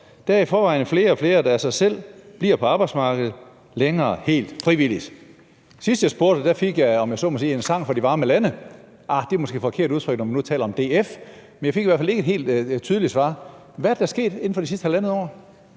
der er i forvejen flere og flere, der af sig selv bliver på arbejdsmarkedet længere, helt frivilligt. Sidst jeg spurgte, fik jeg, om jeg så må sige, en sang fra de varme lande – arh, det er måske forkert udtrykt, når man nu taler om DF, men jeg fik i hvert fald ikke et helt tydeligt svar. Hvad er det, der er sket inden for de sidste halvandet år?